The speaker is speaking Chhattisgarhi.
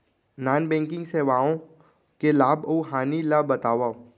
नॉन बैंकिंग सेवाओं के लाभ अऊ हानि ला बतावव